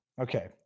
Okay